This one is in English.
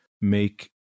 make